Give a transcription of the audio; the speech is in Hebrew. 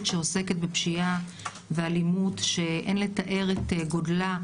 שעוסקת בפשיעה ואלימות שאין לתאר את גודלה,